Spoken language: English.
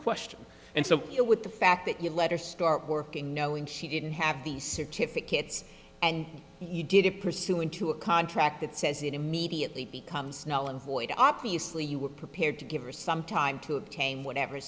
question and so you with the fact that your letter start working knowing she didn't have the certificates and you did it pursuant to a contract that says it immediately becomes now and void obviously you were prepared to give her some time to obtain whatever